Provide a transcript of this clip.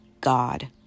God